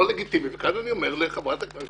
וכאן אני אומר לחברת הכנסת